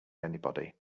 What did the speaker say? anybody